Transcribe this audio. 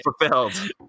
fulfilled